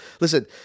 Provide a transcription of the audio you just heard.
Listen